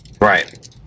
right